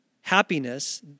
happiness